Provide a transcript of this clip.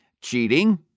Cheating